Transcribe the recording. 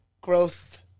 growth